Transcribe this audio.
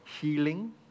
Healing